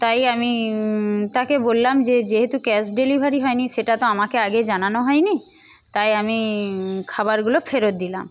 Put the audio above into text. তাই আমি তাকে বললাম যে যেহেতু ক্যাশ ডেলিভারি হয়নি সেটা তো আমাকে আগে জানানো হয়নি তাই আমি খাবারগুলো ফেরত দিলাম